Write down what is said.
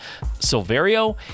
Silverio